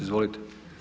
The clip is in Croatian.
Izvolite.